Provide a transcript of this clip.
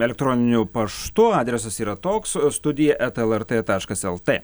elektroniniu paštu adresas yra toks studija eta lrt taškas lt